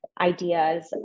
ideas